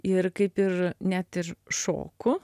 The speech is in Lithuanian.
ir kaip ir net ir šoku